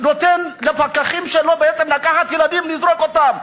נותן לפקחים שלו לקחת ילדים ולזרוק אותם.